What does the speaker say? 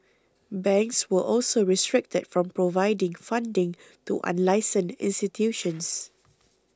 banks were also restricted from providing funding to unlicensed institutions